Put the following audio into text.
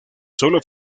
sólo